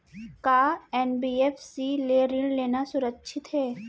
का एन.बी.एफ.सी ले ऋण लेना सुरक्षित हे?